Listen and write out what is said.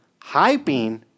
hyping